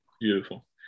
Beautiful